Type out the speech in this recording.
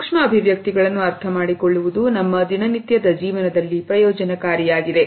ಸೂಕ್ಷ್ಮ ಅಭಿವ್ಯಕ್ತಿಗಳನ್ನು ಅರ್ಥಮಾಡಿಕೊಳ್ಳುವುದು ನಮ್ಮ ದಿನನಿತ್ಯದ ಜೀವನದಲ್ಲಿ ಪ್ರಯೋಜನಕಾರಿಯಾಗಿದೆ